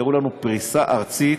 פשוט,